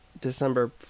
December